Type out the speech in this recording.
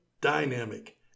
dynamic